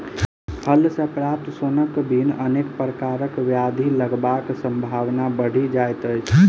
फल सॅ प्राप्त सोनक बिन अनेक प्रकारक ब्याधि लगबाक संभावना बढ़ि जाइत अछि